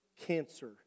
cancer